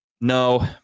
No